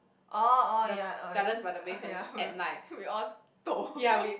orh orh ya oh ya oh ya we all toh